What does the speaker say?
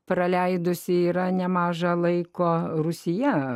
praleidusi yra nemaža laiko rūsyje